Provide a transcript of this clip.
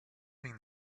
seen